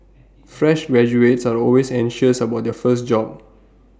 fresh graduates are always anxious about their first job